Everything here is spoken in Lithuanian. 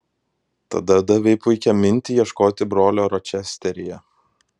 tada davei puikią mintį ieškoti brolio ročesteryje